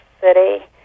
city